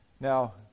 Now